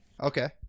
Okay